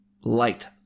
light